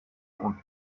und